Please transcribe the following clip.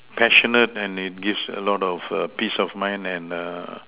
passionate and it gives a lot of err peace of mind and err